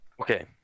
Okay